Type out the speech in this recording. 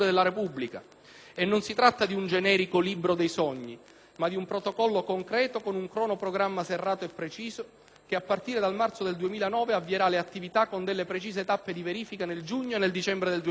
E non si tratta di un generico libro dei sogni, ma di un Protocollo concreto con un cronoprogramma serrato e preciso che, a partire dal marzo del 2009, avvierà le attività con delle precise tappe di verifica nel giugno e nel dicembre del 2010.